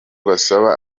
basaba